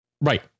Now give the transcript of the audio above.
right